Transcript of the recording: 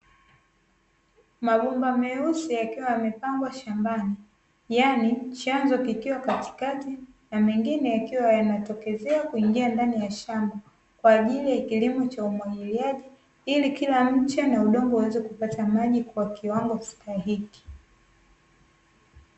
Mabomba meusi yakiwa yamepangwa shambani, yaani chanzo kikiwa katikati na mengine yanatokezea kuingia ndani ya shamba kwa ajili ya kilimo cha umwagiliaji ili kila mche na udongo uweze kupata maji kwa kiwango stahiki.